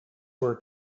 were